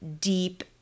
deep